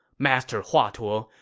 master hua tuo,